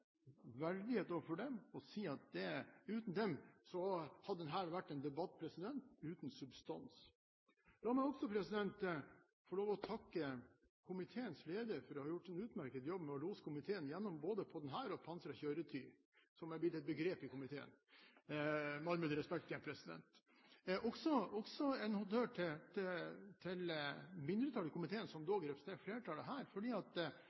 verdighet overfor dem å gjøre å si at uten dem hadde dette vært en debatt uten substans. La meg også få lov til å takke komiteens leder for å ha gjort en utmerket jobb med å lose komiteen gjennom både denne saken og saken om «pansra køyrety», som er blitt et begrep i komiteen – med all mulig respekt. Jeg vil også gi en honnør til mindretallet i komiteen, som dog representerer flertallet her, fordi